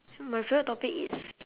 my favourite topic is